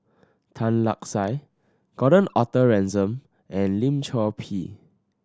Tan Lark Sye Gordon Arthur Ransome and Lim Chor Pee